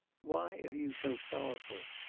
why are you so sorrowful?